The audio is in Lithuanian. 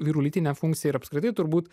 vyrų lytinę funkciją ir apskritai turbūt